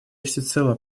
всецело